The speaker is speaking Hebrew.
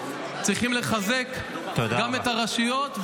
צריכים לחזק גם את הרשויות -- תודה רבה.